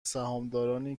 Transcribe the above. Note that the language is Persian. سهامدارنی